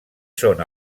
són